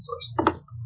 sources